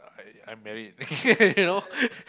uh I'm married you know